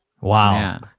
Wow